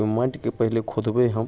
ओइ माटिके पहिले खोदबै हम